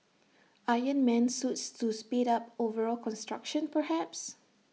iron man suits to speed up overall construction perhaps